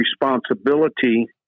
responsibility